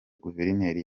guverineri